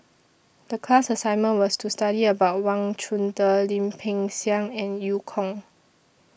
The class assignment was to study about Wang Chunde Lim Peng Siang and EU Kong